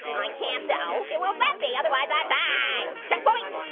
i can't though. it will bump me. otherwise, i die. checkpoint,